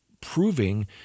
proving